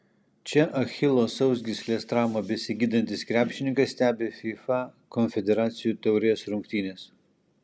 čia achilo sausgyslės traumą besigydantis krepšininkas stebi fifa konfederacijų taurės rungtynes